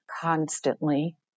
constantly